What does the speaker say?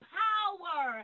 power